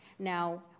Now